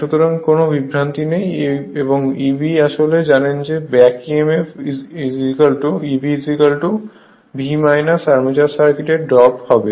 সুতরাং কোন বিভ্রান্তি নেই এবং Eb আসলে জানেন যে back Emf Eb V armature সার্কিটের ড্রপ হবে